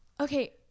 okay